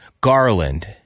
garland